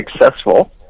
successful